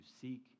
seek